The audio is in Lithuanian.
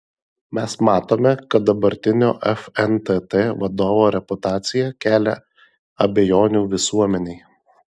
mes matome kad dabartinio fntt vadovo reputacija kelia abejonių visuomenei